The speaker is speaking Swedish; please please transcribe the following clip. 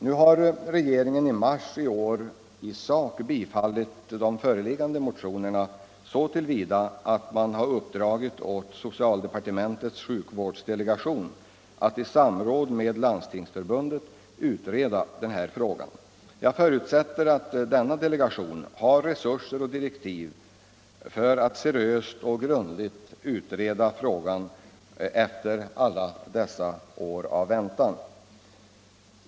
Nu har de föreliggande motionerna i sak redan tidigare fått en positiv behandling så till vida som att regeringen i mars har uppdragit åt socialdepartementets sjukvårdsdelegation att i samråd med Landstingsför bundet utreda denna fråga. Jag förutsätter att denna delegation har resurser och direktiv för att seriöst och grundligt utreda frågan, efter alla dessa år av väntan.